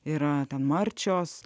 yra ten marčios